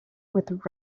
with